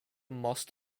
must